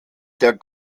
der